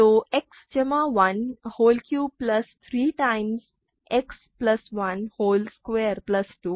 तो X जमा 1 whole cube plus 3 times X plus 1 whole square plus 2